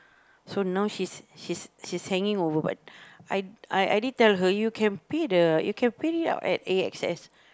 so now she's she's she's hanging over but I I did tell her you can pay the you can pay at A_X_S